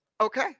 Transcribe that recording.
Okay